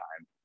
time